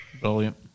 Brilliant